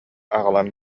аҕалан